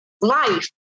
Life